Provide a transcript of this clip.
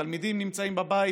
תלמידים נמצאים בבית,